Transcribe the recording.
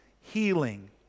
healing